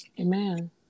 Amen